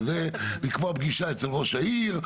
לקבוע פגישה אצל ראש העיר,